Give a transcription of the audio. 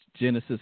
Genesis